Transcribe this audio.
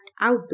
out